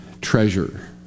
treasure